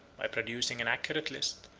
by producing an accurate list,